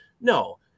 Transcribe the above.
No